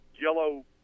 yellow